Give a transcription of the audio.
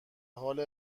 حال